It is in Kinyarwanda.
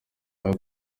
aho